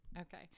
Okay